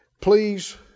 please